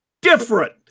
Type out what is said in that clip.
different